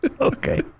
Okay